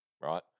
right